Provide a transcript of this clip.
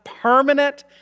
permanent